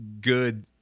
good